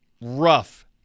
rough